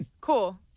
Cool